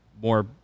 more